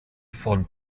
von